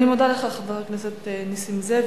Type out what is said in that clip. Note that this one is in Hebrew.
אני מודה לך, חבר הכנסת נסים זאב.